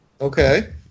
okay